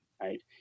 Right